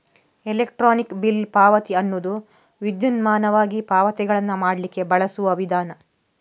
electronic bill ಪಾವತಿ ಅನ್ನುದು ವಿದ್ಯುನ್ಮಾನವಾಗಿ ಪಾವತಿಗಳನ್ನ ಮಾಡ್ಲಿಕ್ಕೆ ಬಳಸುವ ವಿಧಾನ